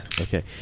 okay